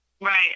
right